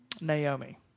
Naomi